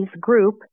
group